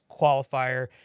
qualifier